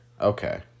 Okay